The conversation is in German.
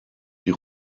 die